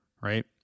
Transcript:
Right